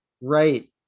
Right